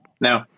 no